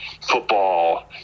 football